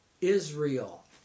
Israel